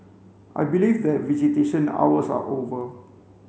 i believe that visitation hours are over